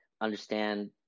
understand